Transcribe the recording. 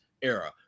era